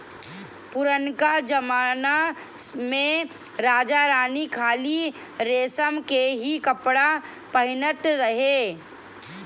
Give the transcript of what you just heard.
पुरनका जमना में राजा रानी खाली रेशम के ही कपड़ा पहिनत रहे